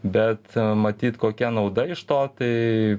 bet matyt kokia nauda iš to tai